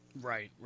Right